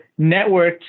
networked